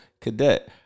cadet